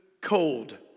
cold